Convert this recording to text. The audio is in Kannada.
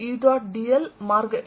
dl 12E